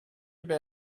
gonna